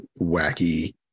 wacky